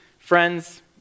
Friends